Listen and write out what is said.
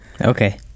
Okay